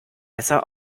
besser